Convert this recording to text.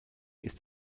ist